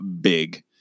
big